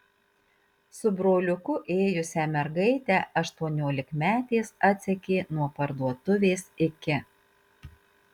su broliuku ėjusią mergaitę aštuoniolikmetės atsekė nuo parduotuvės iki